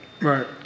Right